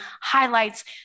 highlights